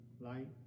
light